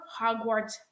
Hogwarts